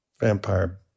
Vampire